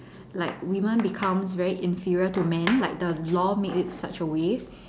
like woman becomes very inferior to man like the law made it such a way